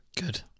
Good